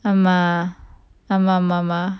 ஆமா ஆமா ஆமா ஆமா:aama aama aama aama